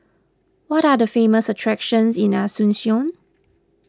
what are the famous attractions in Asuncion